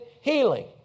healing